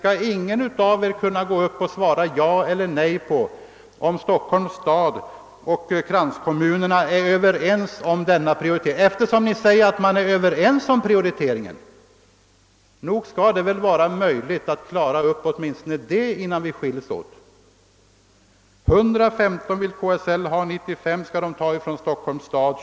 Skall ingen av er kunna gå upp och svara ja eller nej på frågan, om Stockholms stad och kranskommunerna är överens om denna prioritering? Ni säger ju att man är överens. Det skall väl vara möjligt att åtminstone klara av den saken innan vi skiljs åt.